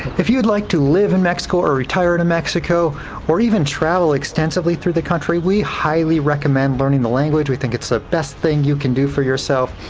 if you'd like to live in mexico or retire to mexico or even travel extensively through the country, we highly recommend learning the language. we think it's the best thing you can do for yourself.